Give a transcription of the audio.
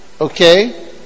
Okay